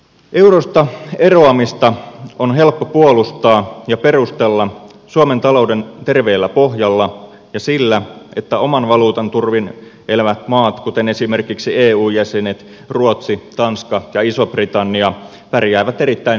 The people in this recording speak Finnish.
eurosta eroamista on helppo puolustaa ja perustella suomen talouden terveellä pohjalla ja sillä että oman valuutan turvin elävät maat kuten esimerkiksi eu jäsenet ruotsi tanska ja iso britannia pärjäävät erittäin hyvin